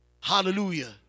Hallelujah